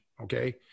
Okay